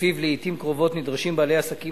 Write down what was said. שלפיו לעתים קרובות נדרשים בעלי עסקים